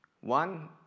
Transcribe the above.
One